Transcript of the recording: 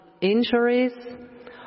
injuries